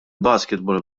basketball